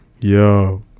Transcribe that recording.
Yo